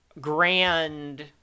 grand